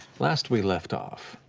last we left off.